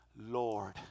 Lord